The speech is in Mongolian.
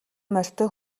морьтой